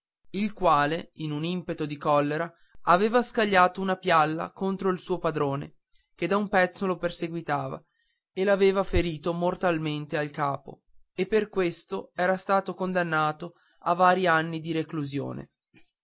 il quale in un impeto di collera aveva scagliato una pialla contro il suo padrone che da un pezzo lo perseguitava e l'aveva ferito mortalmente al capo e per questo era stato condannato a vari anni di reclusione